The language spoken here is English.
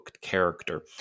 character